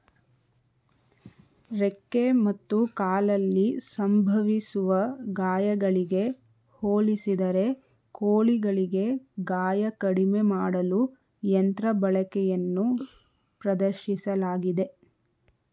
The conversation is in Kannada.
ರೆಕ್ಕೆ ಮತ್ತು ಕಾಲಲ್ಲಿ ಸಂಭವಿಸುವ ಗಾಯಗಳಿಗೆ ಹೋಲಿಸಿದರೆ ಕೋಳಿಗಳಿಗೆ ಗಾಯ ಕಡಿಮೆ ಮಾಡಲು ಯಂತ್ರ ಬಳಕೆಯನ್ನು ಪ್ರದರ್ಶಿಸಲಾಗಿದೆ